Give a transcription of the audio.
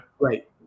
right